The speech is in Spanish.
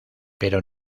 pero